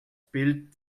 bild